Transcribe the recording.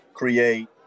create